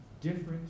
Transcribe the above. different